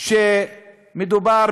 שמדובר